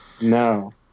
No